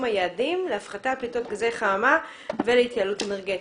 היעדים להפחתת פליטות גזי חממה והתייעלות אנרגטית.